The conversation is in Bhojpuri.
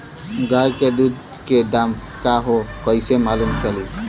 गाय के दूध के दाम का ह कइसे मालूम चली?